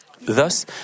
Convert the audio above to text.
Thus